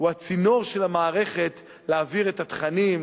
הוא הצינור של המערכת להעביר את התכנים,